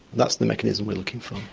that's the mechanism we're looking for. um